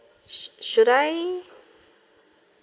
should I